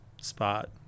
spot